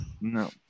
no